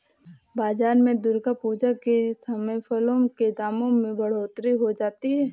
बाजार में दुर्गा पूजा के समय फलों के दामों में बढ़ोतरी हो जाती है